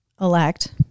elect